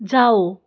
ਜਾਓ